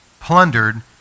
plundered